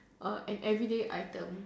err an everyday item